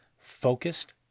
Focused